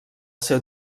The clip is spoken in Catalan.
seu